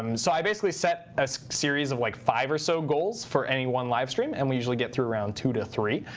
um so i basically set a series of like five or so goals for any one livestream, and we usually get through around two to three.